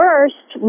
First